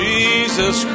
Jesus